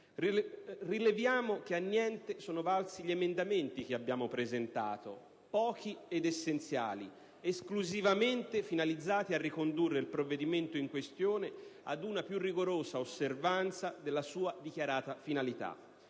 Rileviamo che a niente sono valsi gli emendamenti che abbiamo presentato, pochi ed essenziali, esclusivamente finalizzati a ricondurre il provvedimento in questione ad una più rigorosa osservanza della sua dichiarata finalità,